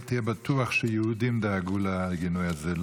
תהיה בטוח שיהודים דאגו לגינוי הזה,